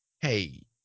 hey